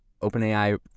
openai